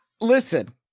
Listen